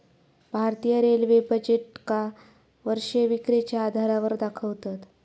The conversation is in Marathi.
भारतीय रेल्वे बजेटका वर्षीय विक्रीच्या आधारावर दाखवतत